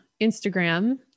Instagram